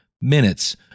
minutes